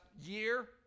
year